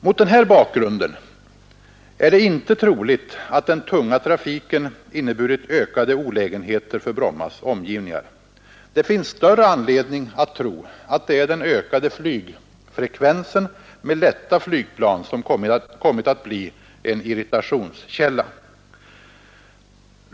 Mot den här bakgrunden är det inte troligt att den tunga trafiken inneburit ökade olägenheter för Brommas omgivningar. Det finns större anledning att tro, att det är den ökade flygfrekvensen med lätta flygplan som kommit att bli en irritationskälla.